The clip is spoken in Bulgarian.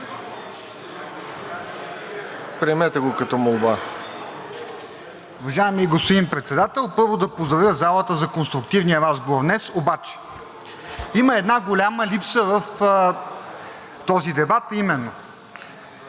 Приемете го като молба.